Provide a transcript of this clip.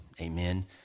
Amen